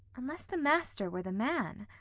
unless the master were the man.